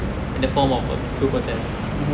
in the form of a school protest